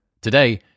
Today